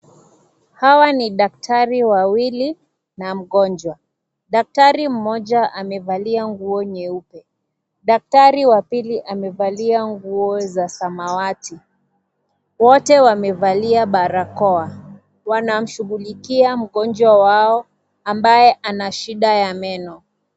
Hawa ni daktari wawili na mgonjwa. Daktari moja amevalia nguo nyeupe, daktari wa pili amevalia nguo za samawati. Wote wamevalia barakoa, wanamshughulia mgonjwa wao ambaye ana shida ya meno.